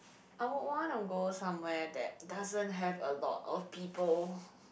I would wanna go somewhere that doesn't have a lot of people